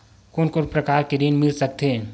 कोन कोन प्रकार के ऋण मिल सकथे?